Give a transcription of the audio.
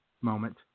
moment